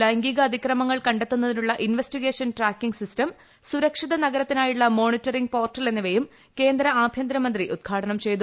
ലൈംഗിക ് അതിക്രമങ്ങൾ കണ്ടെത്തുന്നതിനുള്ള ഇൻവെസ്റ്റിഗേഷൻ ട്രാക്കിംഗ് സിസ്റ്റം സുരക്ഷിത നഗരത്തിനായുള്ള മോണിറ്ററിംഗ് പോർട്ടൽ എന്നിവയും കേന്ദ്ര ആഭ്യന്തരമന്ത്രി ഉദ്ഘാടനം ചെയ്തു